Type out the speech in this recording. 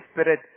Spirit